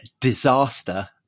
disaster